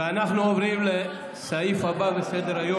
אנחנו עוברים לסעיף הבא בסדר-היום,